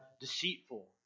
deceitful